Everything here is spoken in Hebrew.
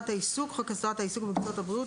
העיסוק" חוק הסדרת העיסוק במקצועות הבריאות,